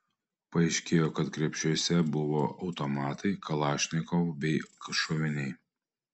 paaiškėjo kad krepšiuose buvo automatai kalašnikov bei šoviniai